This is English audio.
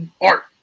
art